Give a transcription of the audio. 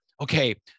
okay